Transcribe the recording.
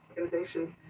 organization